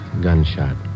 gunshot